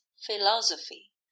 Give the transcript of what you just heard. philosophy